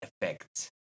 effect